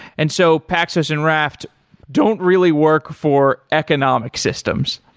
and so paxos and raft don't really work for economic systems.